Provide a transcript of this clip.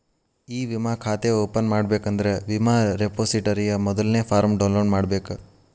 E ವಿಮಾ ಖಾತೆ open ಮಾಡಬೇಕಂದ್ರ ವಿಮಾ ರೆಪೊಸಿಟರಿಯ ಮೊದಲ್ನೇ ಫಾರ್ಮ್ನ ಡೌನ್ಲೋಡ್ ಮಾಡ್ಬೇಕ